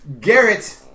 Garrett